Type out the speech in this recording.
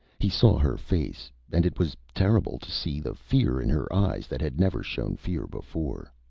he saw her face, and it was terrible to see the fear in her eyes, that had never shown fear before.